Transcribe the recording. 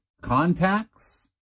contacts